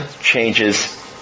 changes